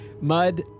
Mud